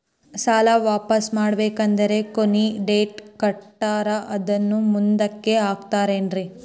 ಸಾಲ ವಾಪಾಸ್ಸು ಮಾಡಬೇಕಂದರೆ ಕೊನಿ ಡೇಟ್ ಕೊಟ್ಟಾರ ಅದನ್ನು ಮುಂದುಕ್ಕ ಹಾಕುತ್ತಾರೇನ್ರಿ?